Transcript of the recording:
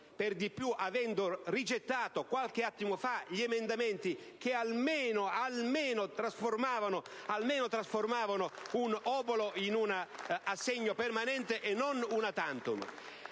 astenersi - avendo rigettato qualche attimo fa gli emendamenti che almeno trasformavano un obolo in un assegno permanente e non *una tantum*.